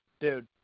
dude